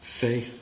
faith